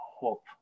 hope